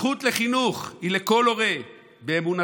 הזכות לחינוך היא לכל הורה באמונתו,